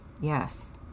Yes